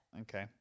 Okay